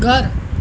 ઘર